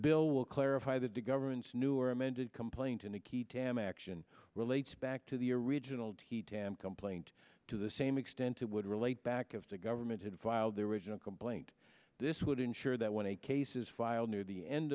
will clarify that the government's new or amended complaint in a key tam action relates back to the original t tam complaint to the same extent it would relate back of the government in filed their original complaint this would ensure that when a cases filed near the end